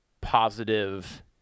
positive